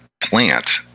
plant